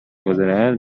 گذرد